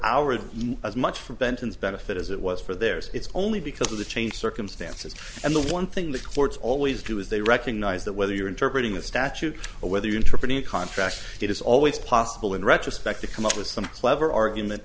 our as much for benton's benefit as it was for theirs it's only because of the changed circumstances and the one thing the courts always do is they recognize that whether you're interpreting the statute or whether interpreting a contract it is always possible in retrospect to come up with some clever argument